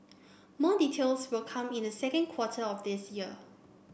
more details will come in the second quarter of this year